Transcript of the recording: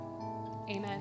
Amen